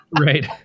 Right